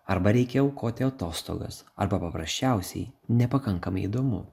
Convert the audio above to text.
arba reikia aukoti atostogas arba paprasčiausiai nepakankamai įdomu